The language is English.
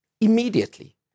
Immediately